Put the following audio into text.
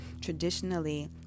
traditionally